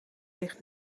ligt